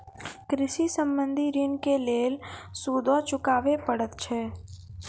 कृषि संबंधी ॠण के लेल सूदो चुकावे पड़त छै?